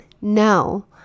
No